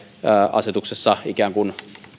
asetuksessa ikään kuin